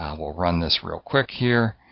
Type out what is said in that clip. um will run this real quick here.